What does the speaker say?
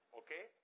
okay